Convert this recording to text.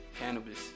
cannabis